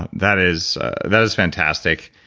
that is that is fantastic.